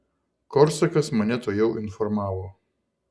korsakas mane tuojau informavo